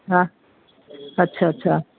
हा अछा अछा